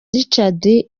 richard